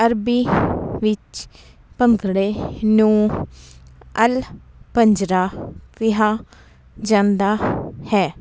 ਅਰਬੀ ਵਿੱਚ ਭੰਗੜੇ ਨੂੰ ਅਲ ਪੰਜਰਾ ਕਿਹਾ ਜਾਂਦਾ ਹੈ